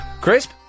Crisp